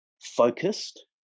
focused